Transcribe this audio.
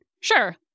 Sure